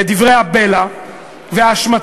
את דברי הבלע וההשמצות,